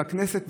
בכנסת,